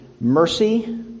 mercy